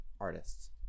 Artists